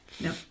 no